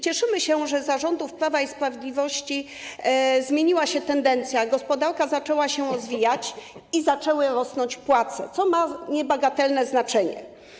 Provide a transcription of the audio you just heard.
Cieszymy się, że za rządów Prawa i Sprawiedliwości zmieniła się tendencja, gospodarka zaczęła się rozwijać i zaczęły rosnąć płace, co ma niebagatelne znaczenie.